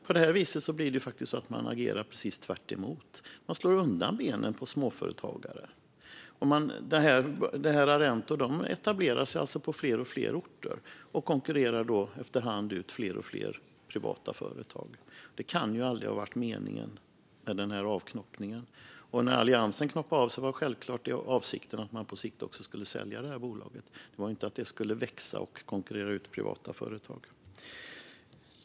På det här viset agerar man precis tvärtemot. Man slår undan benen på småföretagare. Arento etablerar sig på fler och fler orter och konkurrerar efter hand ut fler och fler privata företag. Det kan aldrig ha varit meningen med den här avknoppningen. När Alliansen knoppade av bolaget var självklart avsikten att man på sikt skulle sälja det, inte att det skulle växa och konkurrera ut privata företag.